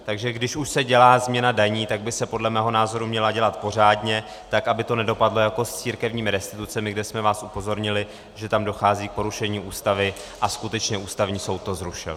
Takže když už se dělá změna daní, tak by se podle mého názoru měla dělat pořádně, tak, aby to nedopadlo jako s církevními restitucemi, kde jsme vás upozornili, že tam dochází k porušení Ústavy, a skutečně Ústavní soud to zrušil.